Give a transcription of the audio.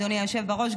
היושב בראש.